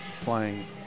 playing